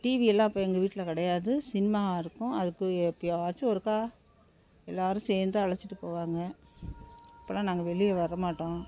TV எல்லாம் அப்போ எங்கள் வீட்டில் கிடையாது சினிமா இருக்கும் அதுக்கு எப்போயாச்சு ஒருக்கா எல்லோரும் சேர்ந்து அழைச்சிட்டு போவாங்க அப்போலாம் நாங்கள் வெளியே வர மாட்டோம்